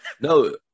No